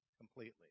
completely